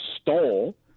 stole